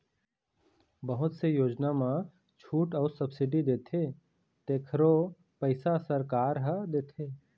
बहुत से योजना म छूट अउ सब्सिडी देथे तेखरो पइसा सरकार ह देथे